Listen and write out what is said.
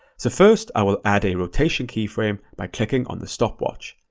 so first, i will add a rotation keyframe by clicking on the stopwatch.